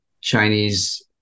Chinese